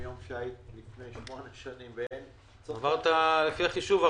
מיום שהגעתי לפני שמונה שנים -- לפי החישוב,